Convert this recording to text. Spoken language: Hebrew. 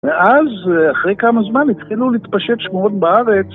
ואז אחרי כמה זמן התחילו להתפשט שמועות בארץ